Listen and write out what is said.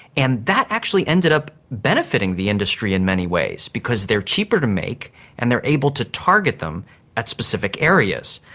and that actually ended up benefiting the industry in many ways because they are cheaper to make and they are able to target them at specific areas.